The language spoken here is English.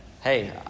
hey